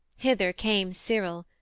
hither came cyril,